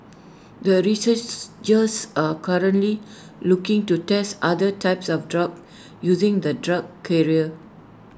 the researchs just are currently looking to test other types of drugs using the drug carrier